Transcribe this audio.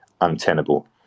untenable